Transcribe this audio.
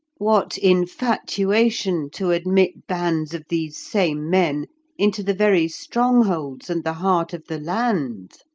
what infatuation to admit bands of these same men into the very strongholds and the heart of the land!